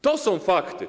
To są fakty.